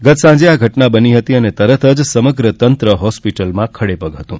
ગત સાંજે આ ઘટના બની હતી અને તરત જ સમગ્ર તંત્ર હોસ્પિટલમાં ખડે પગે હતું